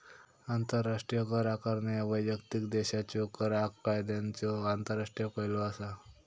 आंतरराष्ट्रीय कर आकारणी ह्या वैयक्तिक देशाच्यो कर कायद्यांचो आंतरराष्ट्रीय पैलू असा